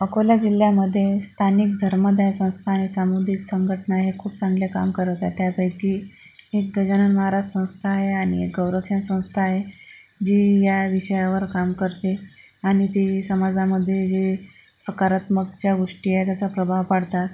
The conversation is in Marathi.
अकोला जिल्ह्यामध्ये स्थानिक धर्मादाय संस्था हे सामूदिक संघटना हे खूप चांगले काम करत आहे त्यापैकी एक गजानन महाराज संस्था आहे आणि एक गौरक्षण संस्था आहे जी या विषयावर काम करते आणि ती समाजामध्ये जे सकारात्मकच्या गोष्टी आहे त्याचा प्रभाव पाडतात